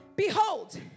behold